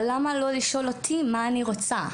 אבל למה לא לשאול אותי מה אני רוצה?